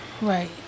right